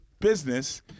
business